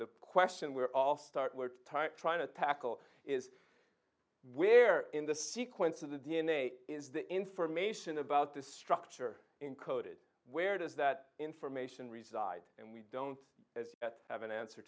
the question we're all start where type trying to tackle is where in the sequence of the d n a is the information about the structure encoded where does that information reside and we don't have an answer